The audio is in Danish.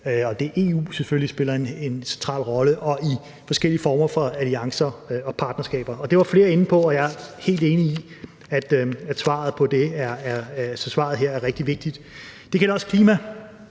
spiller selvfølgelig en central rolle – og i forskellige former for alliancer og partnerskaber. Det var flere inde på, og jeg er helt enig i, at svaret her er rigtig vigtigt. Det gælder også klimaet.